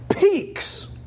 peaks